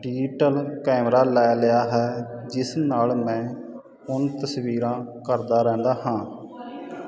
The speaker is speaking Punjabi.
ਡਿਜੀਟਲ ਕੈਮਰਾ ਲੈ ਲਿਆ ਹੈ ਜਿਸ ਨਾਲ ਮੈਂ ਹੁਣ ਤਸਵੀਰਾਂ ਕਰਦਾ ਰਹਿੰਦਾ ਹਾਂ